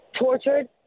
tortured